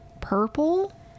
purple